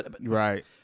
Right